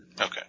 Okay